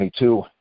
22